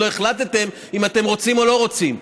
לא החלטתם אם אתם רוצים או לא רוצים.